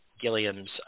Gilliam's